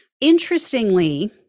Interestingly